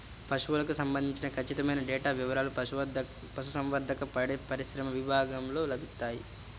పశువులకు సంబంధించిన ఖచ్చితమైన డేటా వివారాలు పశుసంవర్ధక, పాడిపరిశ్రమ విభాగంలో లభిస్తాయి